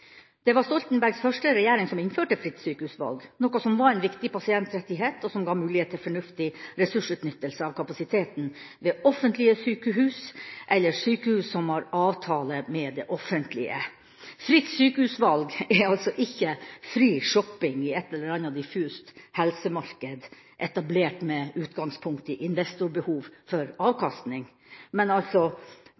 Det var Stoltenbergs første regjering som innførte fritt sykehusvalg, noe som var en viktig pasientrettighet, og som ga mulighet til fornuftig ressursutnyttelse av kapasiteten ved offentlige sykehus eller sykehus som har avtale med det offentlige. Fritt sykehusvalg er altså ikke fri shopping i et eller annet diffust helsemarked etablert med utgangspunkt i investorbehov for